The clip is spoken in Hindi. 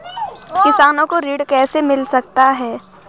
किसानों को ऋण कैसे मिल सकता है?